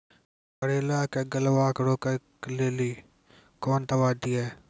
करेला के गलवा के रोकने के लिए ली कौन दवा दिया?